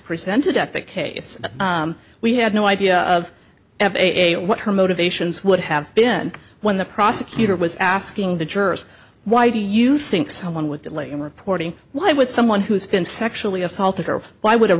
presented at that case we had no idea of it what her motivations would have been when the prosecutor was asking the jurors why do you think someone would delay in reporting why would someone who's been sexually assaulted or why would a